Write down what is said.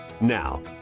Now